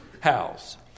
house